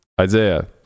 Isaiah